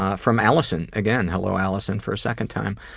ah from alison again, hello alison for a second time,